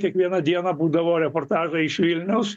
kiekvieną dieną būdavo reportažai iš vilniaus